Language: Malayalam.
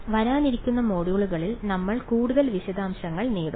വരാനിരിക്കുന്ന മൊഡ്യൂളുകളിൽ നമ്മൾ കൂടുതൽ വിശദാംശങ്ങൾ നോക്കും